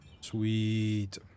Sweet